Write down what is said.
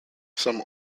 some